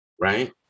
right